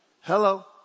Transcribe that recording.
Hello